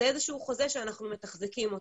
זה איזשהו חוזה שאנחנו מתחזקים אותו.